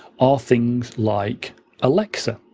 are things like alexa.